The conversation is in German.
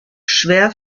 schwer